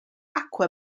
aqua